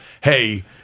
hey